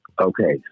Okay